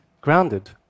grounded